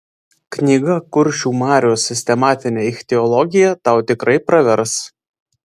knyga kuršių marios sistematinė ichtiologija tau tikrai pravers